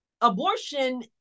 abortion